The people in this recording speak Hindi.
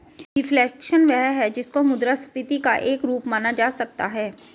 रिफ्लेशन वह है जिसको मुद्रास्फीति का एक रूप माना जा सकता है